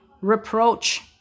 reproach